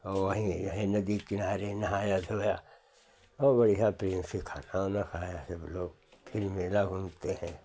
और वहीं यहीं नदी के किनारे नहाया धोया और बढ़िया प्रेम से खाना ओना खाया सब लोग फिर मेला घूमते हैं